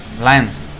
lions